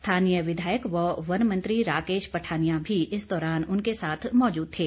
स्थानीय विधायक व वन मंत्री राकेश पठानिया भी इस दौरान उनके साथ मौजूद थे